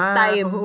time